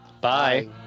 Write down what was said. Bye